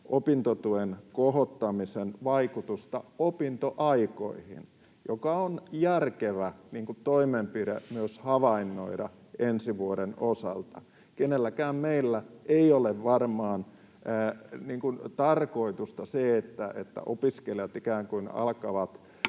opintotuen korottamisen vaikutusta opintoaikoihin, mikä on järkevä toimenpide — myös havainnoida — ensi vuoden osalta. Kenelläkään meillä ei ole varmaan tarkoitus se, että opiskelijat ikään